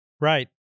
Right